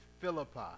Philippi